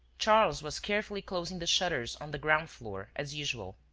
charles was carefully closing the shutters on the ground floor, as usual.